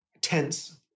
tense